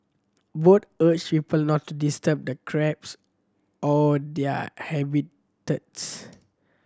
both urged people not to disturb the crabs or their habitats